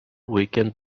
weekend